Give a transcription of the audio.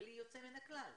בלי יוצא מן הכלל,